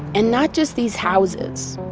and not just these houses.